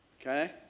okay